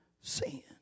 sin